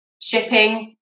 shipping